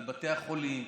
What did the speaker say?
על בתי החולים,